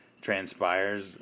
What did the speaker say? transpires